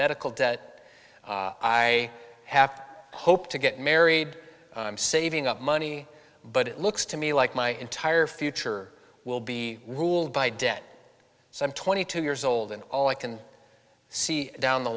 medical debt i have to hope to get married i'm saving up money but it looks to me like my entire future will be ruled by debt some twenty two years old and all i can see down the